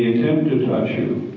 he attempt to touch you?